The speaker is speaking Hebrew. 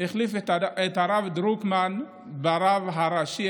החליף את הרב דרוקמן ברב הראשי,